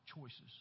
choices